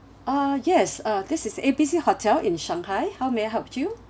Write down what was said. uh yes uh this is A B C hotel in shanghai how may I help you